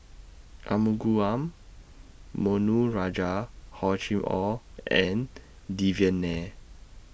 mono Rajah Hor Chim Or and Devan Nair